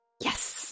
Yes